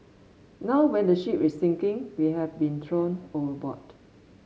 now when the ship is sinking we have been thrown overboard